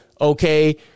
okay